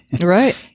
Right